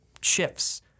shifts